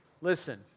Listen